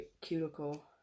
cuticle